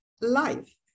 life